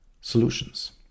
solutions